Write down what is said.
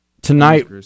Tonight